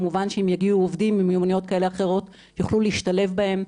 כמובן שאם יגיעו עובדים עם מיומנויות כאלה ואחרות הם יוכלו להשתלב בהם,